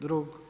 Drug.